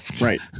Right